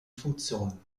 funktionen